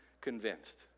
convinced